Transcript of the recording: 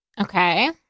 okay